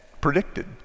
predicted